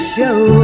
Show